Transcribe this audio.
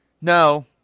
No